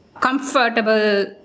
comfortable